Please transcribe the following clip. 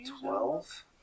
Twelve